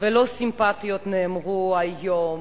ולא סימפתיות נאמרו היום,